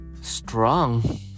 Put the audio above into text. strong